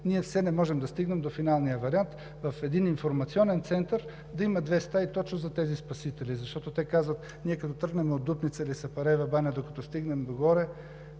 ние все не можем да стигнем до финалния вариант – в един информационен център да има две стаи точно за тези спасители, защото те казват: ние, като тръгнем от Дупница или Сапарева баня, докато стигнем догоре,